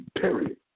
period